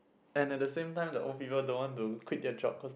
and at the same time the old people don't want to quit their job cause